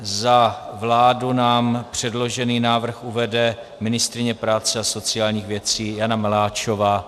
Za vládu nám předložený návrh uvede ministryně práce a sociálních věcí Jana Maláčová.